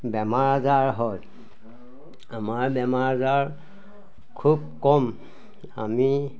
বেমাৰ আজাৰ হয় আমাৰ বেমাৰ আজাৰ খুব কম আমি